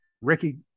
Ricky